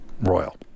Royal